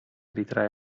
ritrae